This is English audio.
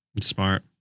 smart